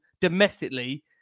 domestically